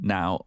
Now